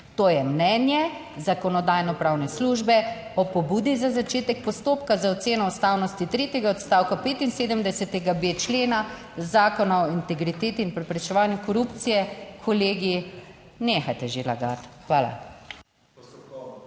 To je mnenje Zakonodajno-pravne službe o pobudi za začetek postopka za oceno ustavnosti tretjega odstavka 75.b člena Zakona o integriteti in preprečevanju korupcije. Kolegi, nehajte že lagati. Hvala.